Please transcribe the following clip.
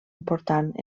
important